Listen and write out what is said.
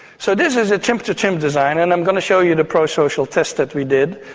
so this is a chimp-to-chimp design, and i'm going to show you the pro-social test that we did.